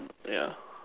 yeah